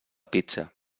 pizza